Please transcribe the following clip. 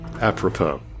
apropos